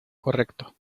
correcto